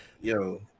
Yo